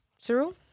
Cyril